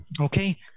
Okay